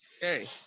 Hey